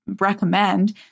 recommend